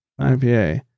ipa